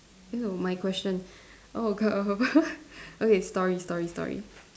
eh no my question oh okay story story story